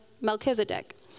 Melchizedek